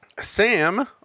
Sam